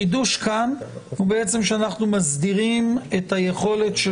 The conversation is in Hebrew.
החידוש כאן הוא שאנחנו מסדירים את היכולת של